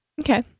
okay